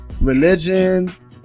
Religions